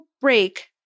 break